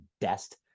best